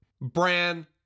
Bran